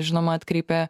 žinoma atkreipė